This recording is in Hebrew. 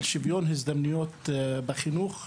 על שוויון הזדמנויות בחינוך,